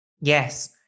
yes